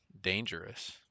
dangerous